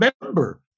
remember